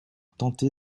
tenté